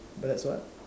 but it's what